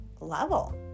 level